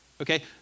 okay